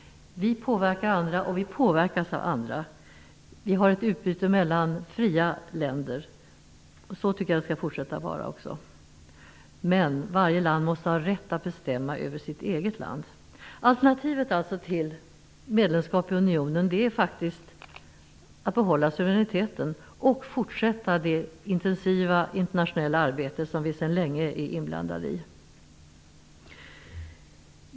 Vi påverkar andra, och vi påverkas av andra. Vi har ett utbyte mellan fria länder. Så tycker jag det skall fortsätta att vara. Men varje land måste ha rätt att bestämma över sitt eget. Alternativet till medlemskap i unionen är faktiskt att behålla suveräniteten och fortsätta det intensiva internationella arbete som vi sedan länge är inblandade i.